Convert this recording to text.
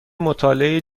مطالعه